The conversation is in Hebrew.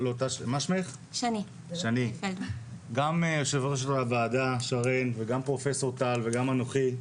גם יושבת ראש הוועדה שרן וגם פרופ' טל וגם אנוכי,